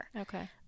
Okay